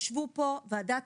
ישבו פה ועדת